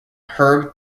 herb